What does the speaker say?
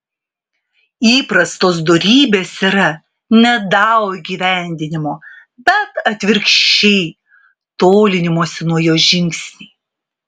įprastos dorybės yra ne dao įgyvendinimo bet atvirkščiai tolinimosi nuo jo žingsniai